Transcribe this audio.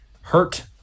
hurt